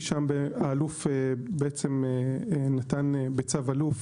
כי שם האלוף נתן בצו אלוף